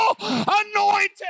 anointed